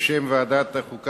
לצלצל.